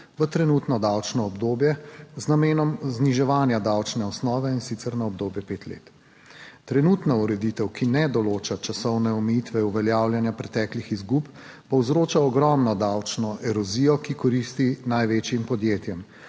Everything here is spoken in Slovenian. v trenutno davčno obdobje z namenom zniževanja davčne osnove in sicer na obdobje pet let. Trenutna ureditev, ki ne določa časovne omejitve uveljavljanja preteklih izgub povzroča ogromno davčno erozijo, ki koristi največjim podjetjem.